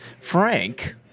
Frank